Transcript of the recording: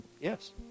Yes